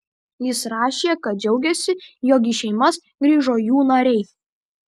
jis rašė kad džiaugiasi jog į šeimas grįžo jų nariai